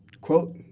quote,